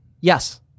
Yes